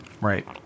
Right